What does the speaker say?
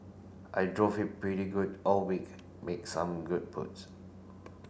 I drove it pretty good all week make some good putts